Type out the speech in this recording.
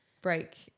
break